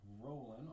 rolling